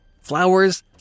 flowers